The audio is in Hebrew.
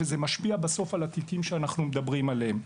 וזה משפיע בסוף על התיקים שאנחנו מדברים עליהם.